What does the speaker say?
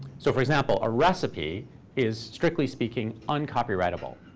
so for example, a recipe is, strictly speaking, uncopyrightable.